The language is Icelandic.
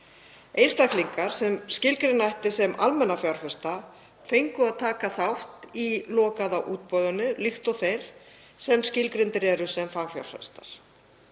Einstaklingar sem skilgreina mætti sem almenna fjárfesta fengu að taka þátt í lokaða útboðinu líkt og þeir sem skilgreindir eru sem fagfjárfestar.